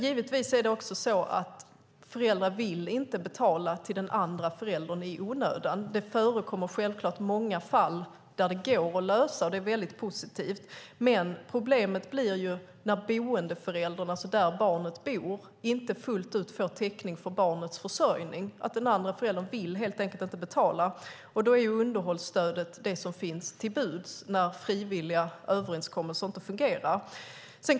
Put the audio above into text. Givetvis är det också så att föräldrar inte vill betala till den andra föräldern i onödan. Det finns självklart många fall där det går att lösa, och det är väldigt positivt. Men problemet blir när boendeföräldern, alltså den förälder som barnet bor hos, inte fullt ut får täckning för barnets försörjning, att den andra föräldern helt enkelt inte vill betala. Underhållsstödet är då det som står till buds när frivilliga överenskommelser inte fungerar.